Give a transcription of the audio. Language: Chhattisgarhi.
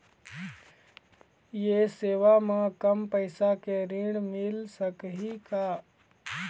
ये सेवा म कम पैसा के ऋण मिल सकही का?